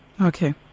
Okay